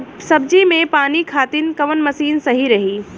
सब्जी में पानी खातिन कवन मशीन सही रही?